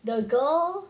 the girl